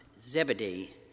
Zebedee